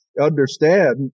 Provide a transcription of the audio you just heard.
understand